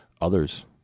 others